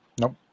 Nope